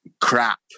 crap